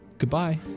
Goodbye